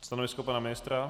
Stanovisko pana ministra?